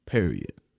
Period